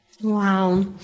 Wow